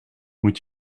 moet